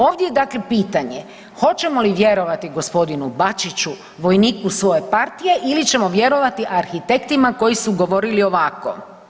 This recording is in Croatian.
Ovdje dakle pitanje, hoćemo li vjerovati gospodinu Bačiću vojniku svoje partije ili ćemo vjerovati arhitektima koji su govorili ovako.